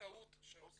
אני